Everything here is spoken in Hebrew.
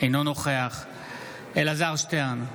אינו נוכח אלעזר שטרן,